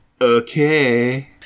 okay